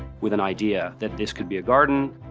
with an idea that this could be a garden,